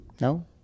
No